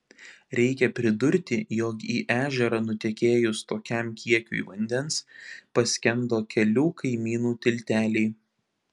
reikia pridurti jog į ežerą nutekėjus tokiam kiekiui vandens paskendo kelių kaimynų tilteliai